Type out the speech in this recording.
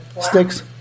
Sticks